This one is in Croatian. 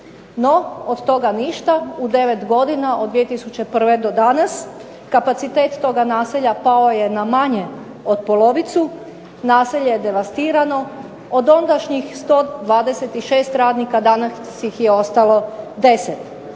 No, od toga ništa u devet godina od 2001. do danas kapacitet toga naselja pao je najmanje od polovicu. Naselje je devastirano. Od ondašnjih 126 radnika danas ih je ostalo 10.